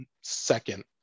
second